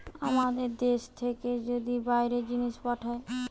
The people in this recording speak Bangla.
আমাদের দ্যাশ থেকে যদি বাইরে জিনিস পাঠায়